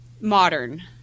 modern